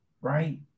right